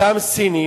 אותם סינים,